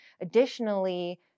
additionally